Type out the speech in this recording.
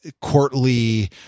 courtly